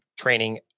training